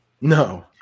No